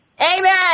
Amen